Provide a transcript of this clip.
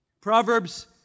Proverbs